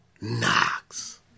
knocks